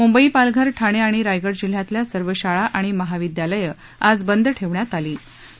मुंबई पालघर ठाणे आणि रायगड जिल्ह्यातल्या सर्व शाळा आणि महाविदयालयं आज बंद ठेवण्यात आली होती